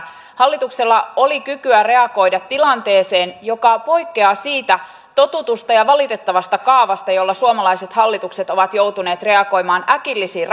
hallituksella oli kykyä reagoida tilanteeseen joka poikkeaa siitä totutusta ja valitettavasta kaavasta jolla suomalaiset hallitukset ovat joutuneet reagoimaan äkillisiin